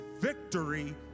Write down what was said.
Victory